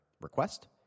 request